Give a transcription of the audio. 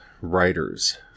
writers